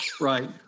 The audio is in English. Right